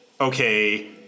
okay